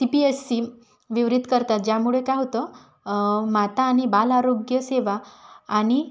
C P S C विवरित करतात ज्यामुळे काय होतं माता आणि बाल आरोग्य सेवा आणि